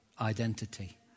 Identity